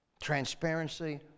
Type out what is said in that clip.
transparency